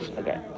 okay